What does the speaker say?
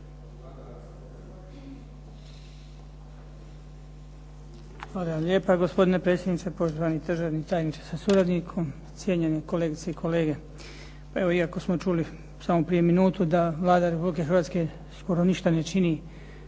vam lijepo gospodine predsjedniče. Poštovani državni tajniče sa suradnikom, cijenjene kolegice i kolege. Pa evo iako smo čuli samo prije minutu da Vlada Republike Hrvatske skoro ništa ne čini